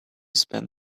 spend